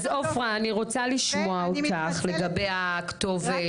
אז עפרה, אני רוצה לשמוע אותך לגבי הכתובת.